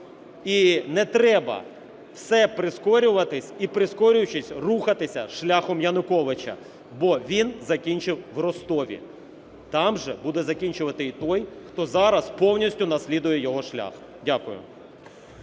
І не треба все прискорювати і прискорюючись, рухатися шляхом Януковича, бо він закінчив в Ростові. Там же буде закінчувати і той, хто зараз повністю наслідує його шлях. Дякую.